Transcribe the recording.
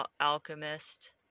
alchemist